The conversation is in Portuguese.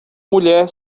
mulher